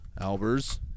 Albers